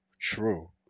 true